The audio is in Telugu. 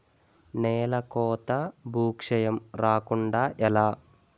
నేలకోత భూక్షయం రాకుండ ఎలా?